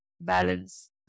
balance